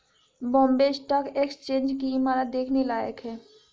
Bombay stock exchange की इमारत देखने लायक है